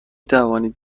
توانید